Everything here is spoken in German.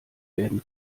werden